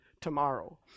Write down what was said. tomorrow